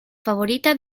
favorita